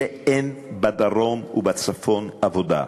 שאין בדרום ובצפון עבודה.